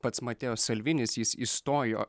pats mateo salvinis jis įstojo